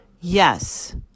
yes